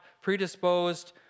predisposed